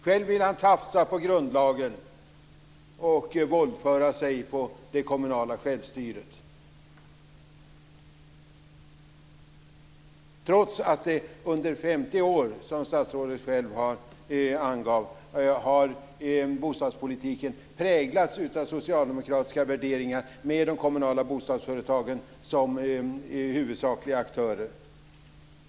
Själv vill han tafsa på grundlagen och våldföra sig på det kommunala självstyret, trots att bostadspolitiken under 50 år, som statsrådet själv angav, har präglats av socialdemokratiska värderingar med de kommunala bostadsföretagen som huvudsakliga aktörer.